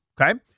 okay